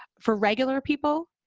for regular people.